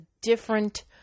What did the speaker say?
different